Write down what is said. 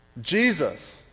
Jesus